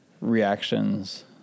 reactions